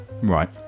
Right